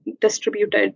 distributed